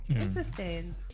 Interesting